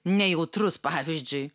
nejautrus pavyzdžiui